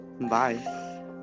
Bye